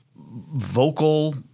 vocal